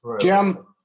Jim